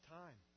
time